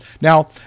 Now